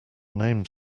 names